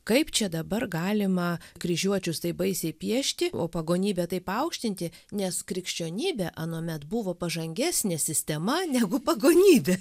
kaip čia dabar galima kryžiuočius taip baisiai piešti o pagonybę taip aukštinti nes krikščionybė anuomet buvo pažangesnė sistema negu pagonybė